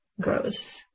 gross